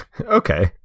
Okay